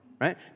Right